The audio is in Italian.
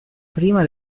prima